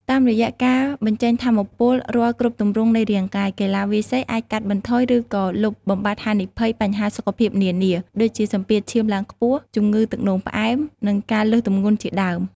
តាមរយៈការបញ្ចេញថាមពលរាល់គ្រប់ទម្រង់នៃរាងកាយ កីឡាវាយសីអាចកាត់បន្ថយ ឬក៏លុបបំបាត់ហានិភ័យបញ្ហាសុខភាពនានា ដូចជាសម្ពាធឈាមឡើងខ្ពស់ ជំងឺទឹកនោមផ្អែម និងការលើសទម្ងន់ជាដើម។